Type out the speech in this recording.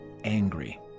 angry